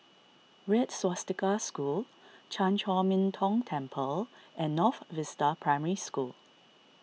Red Swastika School Chan Chor Min Tong Temple and North Vista Primary School